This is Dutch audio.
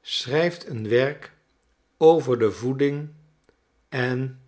schrijft een werk over de voeding en